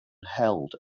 held